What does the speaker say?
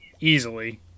easily